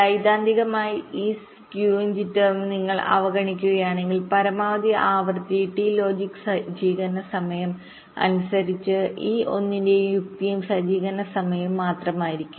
സൈദ്ധാന്തികമായി ഈ സ്കീയും ജിറ്റർ ഉം നിങ്ങൾ അവഗണിക്കുകയാണെങ്കിൽ പരമാവധി ആവൃത്തി ടി ലോജിക് സജ്ജീകരണ സമയംഅനുസരിച്ച് ഈ 1 ന്റെ യുക്തിയും സജ്ജീകരണ സമയവും മാത്രമായിരിക്കും